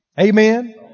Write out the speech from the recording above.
Amen